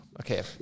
Okay